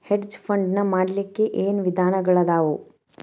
Hedge fund ನ ಮಾಡ್ಲಿಕ್ಕೆ ಏನ್ ವಿಧಾನಗಳದಾವು?